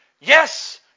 Yes